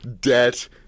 Debt